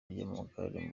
ry’amagare